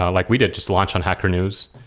ah like we did just launch on hacker news.